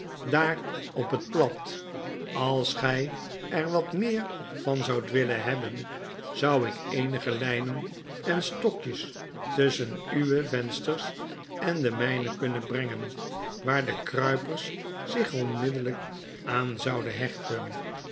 daar op het plat als gy er wat meer van zoudt willen hebben zou ik eenige lynen en stokjes tusschen uwe vensters en de myne kunnen brengen waar de kruipers zich onmiddellyk aan zouden hechten